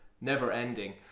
never-ending